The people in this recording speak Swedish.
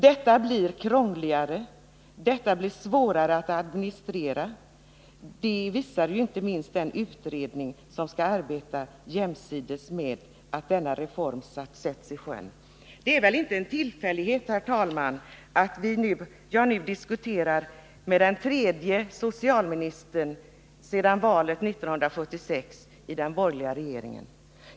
Detta är krångligare och svårare att administrera. Det visar inte minst det förhållandet att man kommer att tillsätta en utredning som skall börja arbeta samtidigt med att denna reform sätts i sjön. Det är väl inte en tillfällighet, herr talman, att jag nu diskuterar med den tredje socialministern i en borgerlig regering sedan valet 1976.